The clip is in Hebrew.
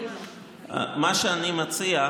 מה שאני מציע,